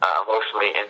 emotionally